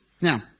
Now